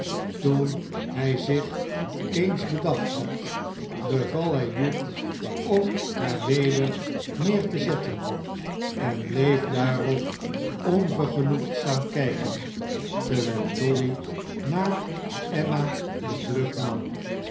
toen hij zich eens bedacht had beval hij hugh om haar weder neer te zetten en bleef daarop onvergerioegd staan kijken terwijl dolly naar emma de vlucht nam